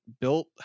Built